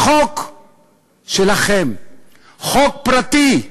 החוק שלכם, חוק פרטי.